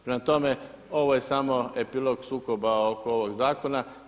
Prema tome, ovo je samo epilog sukoba oko ovog zakona.